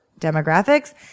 demographics